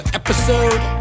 episode